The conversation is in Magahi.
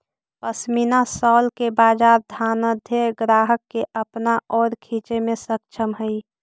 पशमीना शॉल के बाजार धनाढ्य ग्राहक के अपना ओर खींचे में सक्षम हई